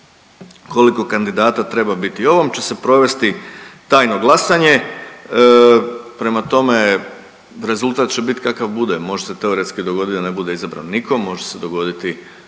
koliko kandidata treba biti. O ovom će se provesti tajno glasanje, prema tome rezultat će bit kakav bude, može se teoretski dogodit da ne bude izabran niko, može se dogoditi